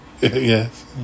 Yes